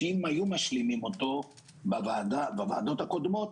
שאם היו משלימים אותו בוועדות הקודמות,